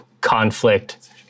conflict